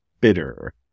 bitter